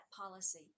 policy